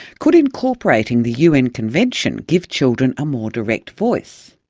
could incorporating the un convention give children a more direct voice?